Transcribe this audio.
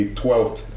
12th